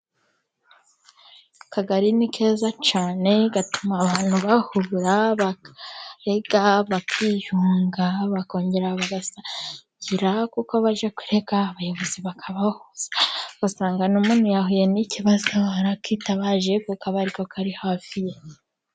Akagari ni keza cyane, gatuma abantu bahura, bakarega, bakiyunga, bakongera bagasangira. Kuko bajya kurega, abayobozi bakabahuza, ugasanga n’umuntu yahuye n’ikibazo arakitabaje kuko kaba ariko kari hafi ye.